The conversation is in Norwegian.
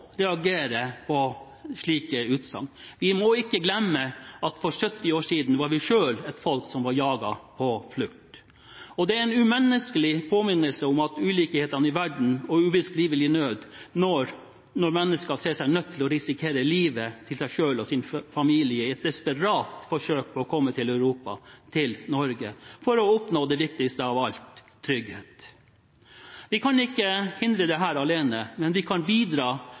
ikke glemme at for 70 år siden var vi selv et folk som var jaget på flukt. Det er en umenneskelig påminnelse om ulikhetene i verden og ubeskrivelig nød når mennesker ser seg nødt til å risikere eget og familiens liv i et desperat forsøk på å komme til Europa – til Norge – for å oppnå det viktigste av alt: trygghet. Vi kan ikke hindre dette alene, men vi kan bidra